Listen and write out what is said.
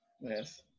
yes